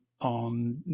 on